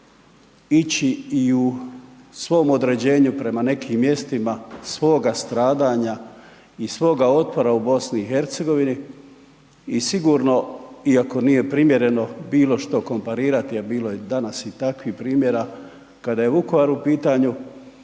ići i u svom određenju prema nekim mjestima svoga stradanja i svoga otpora u BiH i sigurno, iako nije primjereno, bilo što komparirati, a bilo je danas i takvih primjera, kada je Vukovar u pitanju,